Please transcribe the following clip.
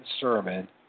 sermon